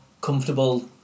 comfortable